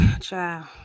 Child